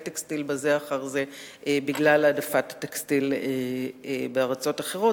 טקסטיל בזה אחר זה בגלל העדפת טקסטיל המיוצר בארצות אחרות.